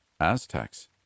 Aztecs